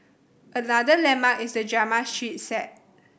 another landmark is the drama street set